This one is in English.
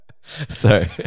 Sorry